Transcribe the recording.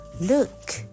look